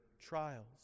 trials